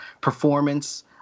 performance